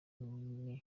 nini